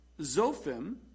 Zophim